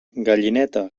gallineta